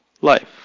life